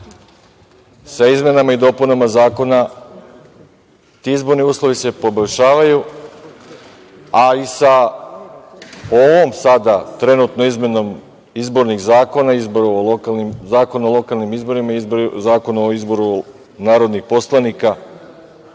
Sa izmenama i dopunama zakona se ti izborni uslovi se poboljšavaju, ali sa ovom sada trenutno izmenom izbornih zakona, Zakona o lokalnim izbornima i Zakona o izboru narodnih poslanika,